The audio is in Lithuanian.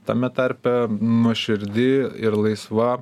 tame tarpe nuoširdi ir laisva